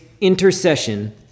intercession